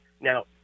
Now